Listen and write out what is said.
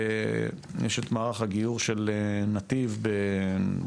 יש את מערך הגיור של נתיב בצה"ל,